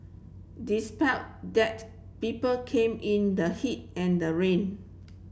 despite that people came in the heat and the rain